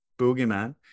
boogeyman